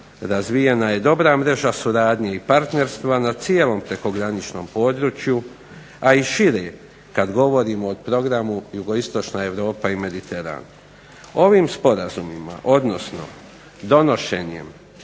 razvijena je dobra mreža suradnje i partnerstva nad cijelom prekograničnom području i šire kada govorimo o programu jugoistočna Europa i Mediteran. Ovim sporazumima odnosno donošenjem